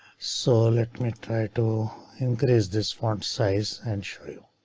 so let me try to increase this font size and show you. i